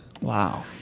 Wow